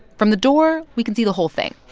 from the door, we can see the whole thing.